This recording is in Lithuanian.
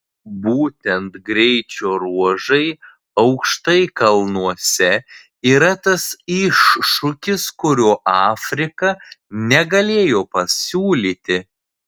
būtent greičio ruožai aukštai kalnuose yra tas iššūkis kurio afrika negalėjo pasiūlyti